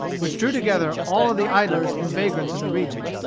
which drew together all the idlers and vagrants of the region,